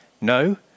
No